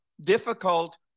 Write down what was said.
difficult